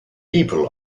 people